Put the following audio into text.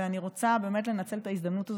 ואני רוצה באמת לנצל את ההזדמנות הזו,